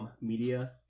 Media